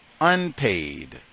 unpaid